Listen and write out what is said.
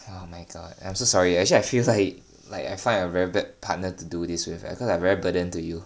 oh my god I'm sorry eh actually I feel like like I find a bad partner to do this eh cause I very burden to you